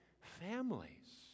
families